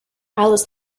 alice